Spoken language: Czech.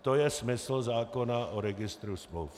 To je smysl zákona o registru smluv.